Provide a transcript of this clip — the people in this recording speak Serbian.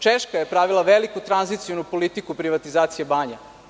Češka je pravila veliku tranzicionu politiku privatizacija banja.